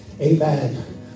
amen